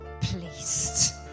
pleased